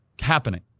happening